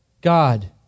God